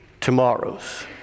tomorrows